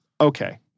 okay